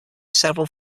several